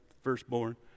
Firstborn